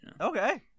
Okay